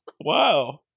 Wow